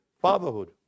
Fatherhood